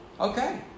okay